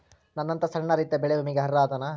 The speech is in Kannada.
ನನ್ನಂತ ಸಣ್ಣ ರೈತಾ ಬೆಳಿ ವಿಮೆಗೆ ಅರ್ಹ ಅದನಾ?